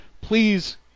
please